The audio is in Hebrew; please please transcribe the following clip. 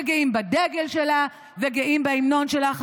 שגאים בדגל שלה וגאים בהמנון שלה.